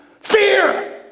Fear